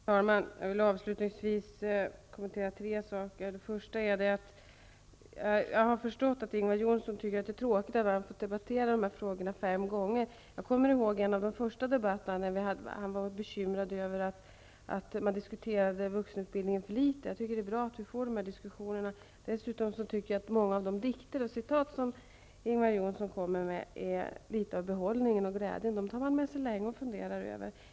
Herr talman! Jag vill avslutningsvis kommentera tre saker. Jag har förstått att Ingvar Johnsson tycker att det är tråkigt att han har behövt debattera dessa frågor vid fem tillfällen. Jag kommer ihåg en av de första debatterna, då han var bekymrad över att vuxenutbildningen diskuterades för litet. Jag tycker att det är bra att vi har dessa diskussioner. Dessutom är många av de dikter och citat som Ingvar Johnsson kommer med något av behållningen och glädjen med det hela. Dem tar man med sig och funderar över länge.